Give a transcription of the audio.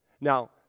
Now